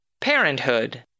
Parenthood